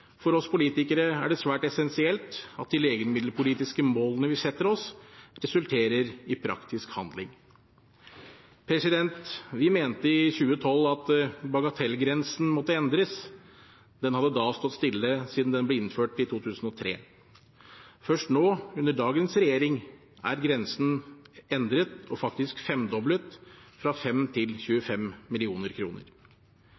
For oss politikere er det svært essensielt at de legemiddelpolitiske målene vi setter oss, resulterer i praktisk handling. Vi mente i 2012 at bagatellgrensen måtte endres. Den hadde da stått stille siden den ble innført i 2003. Først nå, under dagens regjering, er grensen endret – og faktisk femdoblet – fra 5 til